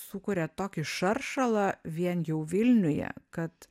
sukuria tokį šaršalą vien jau vilniuje kad